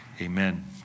amen